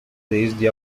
desde